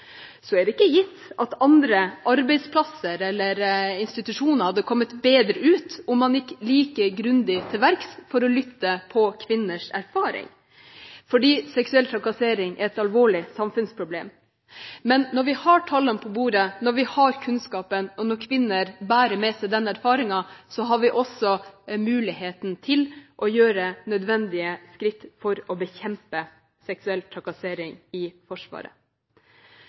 er ikke gitt at andre arbeidsplasser eller institusjoner hadde kommet bedre ut om man gikk like grundig til verks for å lytte til kvinners erfaring, for seksuell trakassering er et alvorlig samfunnsproblem. Men når vi har tallene på bordet, når vi har kunnskapen, og når kvinner bærer med seg den erfaringen, har vi også muligheten til å ta nødvendige skritt for å bekjempe seksuell trakassering i Forsvaret.